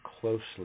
closely